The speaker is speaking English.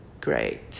great